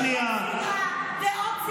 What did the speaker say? לעשות ציונות בהרווארד.